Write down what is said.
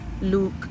Luke